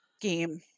game